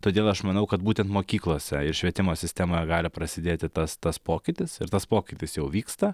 todėl aš manau kad būtent mokyklose ir švietimo sistemoje gali prasidėti tas tas pokytis ir tas pokytis jau vyksta